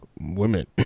women